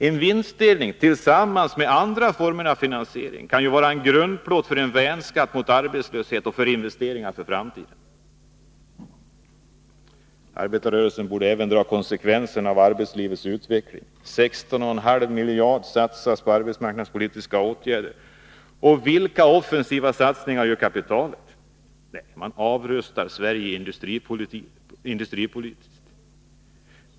En vinstdelning tillsammans med andra former av finansiering kan ju vara en grundplåt för en värnskatt mot arbetslöshet och för investeringar för framtiden. Arbetarrörelsen borde även dra konsekvenserna av arbetslivets utveckling. 16,5 miljarder satsas på arbetsmarknadspolitiska åtgärder. Vilka offensiva satsningar gör kapitalet? Jo, man avrustar Sverige industripolitiskt.